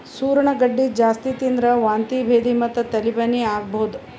ಸೂರಣ ಗಡ್ಡಿ ಜಾಸ್ತಿ ತಿಂದ್ರ್ ವಾಂತಿ ಭೇದಿ ಮತ್ತ್ ತಲಿ ಬ್ಯಾನಿ ಆಗಬಹುದ್